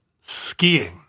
Skiing